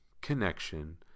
connection